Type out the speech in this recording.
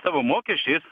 savo mokesčiais